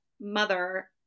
mother